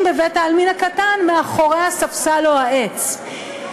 בבית-העלמין הקטן מאחורי הספסל או העץ.